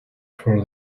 for